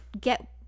get